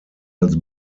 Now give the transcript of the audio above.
als